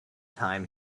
time